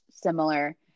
similar